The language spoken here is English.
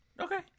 Okay